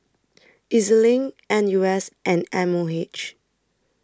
E Z LINK N U S and M O H